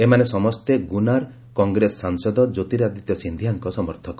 ଏମାନେ ସମସ୍ତେ ଗୁନାର କଂଗ୍ରେସ ସାଂସଦ ଜ୍ୟୋତିରାଦିତ୍ୟ ସିନ୍ଧିଆଙ୍କ ସମର୍ଥକ